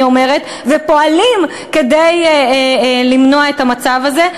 אומרת ופועלים כדי למנוע את המצב הזה.